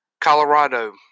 Colorado